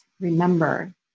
remember